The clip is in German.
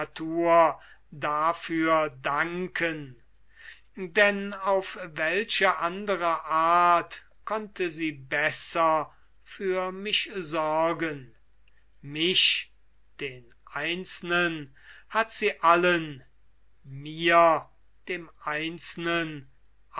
natur dafür danken denn auf welche andere art konnte sie besser für mich sorgen mich den einzelnen hat sie allen mir dem einzelnen